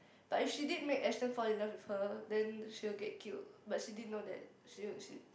but if she did make Ashton fall in love with her then she will get killed but she didn't know that she she